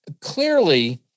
Clearly